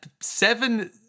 seven